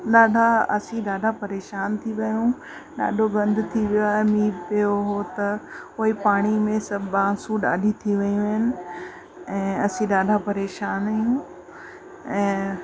ॾाढा असीं ॾाढा परेशान थी विया आहियूं ॾाढो गंद थी वियो आहे मींहुं पियो हुओ त कोई पाणीअ में सभु बांसूं ॾाढी थी वेयूं आहिनि ऐं असीं ॾाढा परेशान आहियूं ऐं